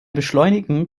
beschleunigen